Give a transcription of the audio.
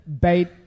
bait